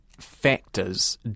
factors